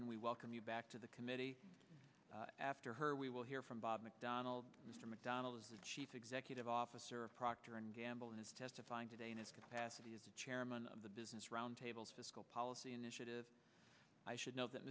and we welcome you back to the committee after her we will hear from bob mcdonald mr mcdonald executive officer of procter and gamble and is testifying today in his capacity as chairman of the business roundtable fiscal policy initiative i should know that